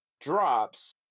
drops